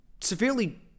severely